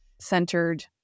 centered